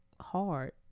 hard